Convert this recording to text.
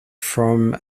from